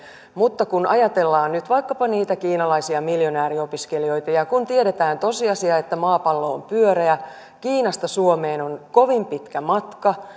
mutta kun ajatellaan nyt vaikkapa niitä kiinalaisia miljonääriopiskelijoita ja kun tiedetään tosiasia että maapallo on pyöreä kiinasta suomeen on kovin pitkä matka